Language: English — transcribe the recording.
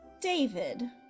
David